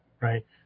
Right